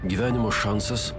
gyvenimo šansas